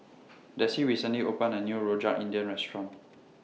Desi recently opened A New Rojak India Restaurant